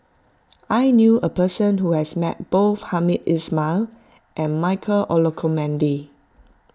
I knew a person who has met both Hamed Ismail and Michael Olcomendy